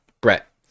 Brett